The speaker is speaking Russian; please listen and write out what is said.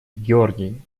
георгий